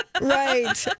Right